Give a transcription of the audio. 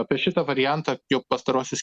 apie šitą variantą jau pastaruosius